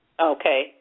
Okay